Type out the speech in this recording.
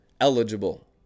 eligible